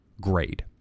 grade